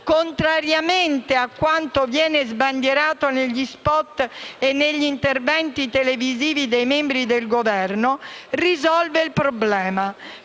(contrariamente a quanto viene sbandierato negli *spot* e negli interventi televisivi dai membri del Governo) risolve il problema,